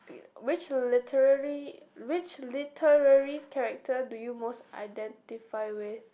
which literary which literary character do you most identify with